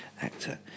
actor